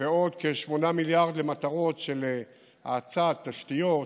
ועוד כ-8 מיליארד למטרות של האצת תשתיות,